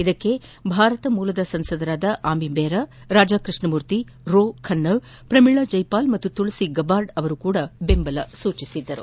ಇದಕ್ಕೆ ಭಾರತ ಮೂಲದ ಸಂಸದರಾದ ಅಮಿ ಬೆರಾ ರಾಜಾ ಕ್ಸಷ್ಣಮೂರ್ತಿ ರೋ ಖನ್ನಾ ಪ್ರಮೀಳಾ ಜಯಪಾಲ್ ತುಳಸಿ ಗಬ್ಲಾರ್ಡ್ ಅವರೂ ಸಹ ಬೆಂಬಲ ಸೂಚಿಸಿದ್ದರು